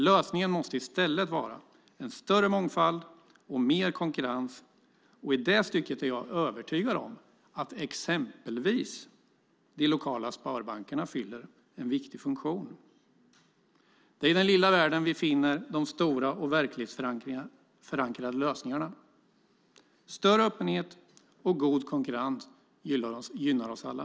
Lösningen måste i stället vara en större mångfald och mer konkurrens, och i det stycket är jag övertygad om att exempelvis de lokala sparbankerna fyller en viktig funktion. Det är i den lilla världen vi finner de stora och verklighetsförankrade lösningarna. Större öppenhet och god konkurrens gynnar oss alla.